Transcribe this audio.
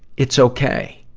it's okay.